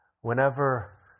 Whenever